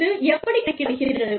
இது எப்படிக் கணக்கிடப்படுகிறது